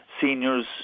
seniors